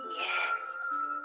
yes